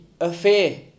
affair